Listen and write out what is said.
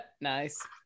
Nice